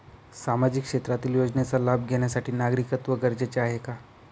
सामाजिक क्षेत्रातील योजनेचा लाभ घेण्यासाठी नागरिकत्व गरजेचे आहे का?